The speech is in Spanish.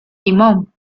limón